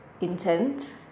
intent